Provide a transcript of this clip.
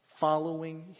following